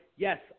Yes